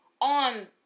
on